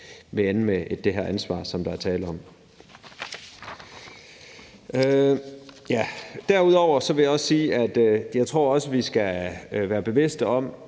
vil ende med det her ansvar, som der er tale om. Derudover vil jeg sige, at jeg også tror, vi skal være bevidste om,